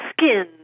skin